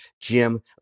Jim